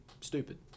stupid